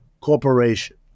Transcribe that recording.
corporation